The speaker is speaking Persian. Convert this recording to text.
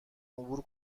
عبور